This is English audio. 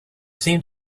seemed